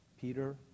Peter